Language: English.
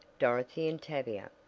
dorothy and tavia.